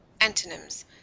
Antonyms